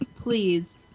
Please